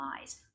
lies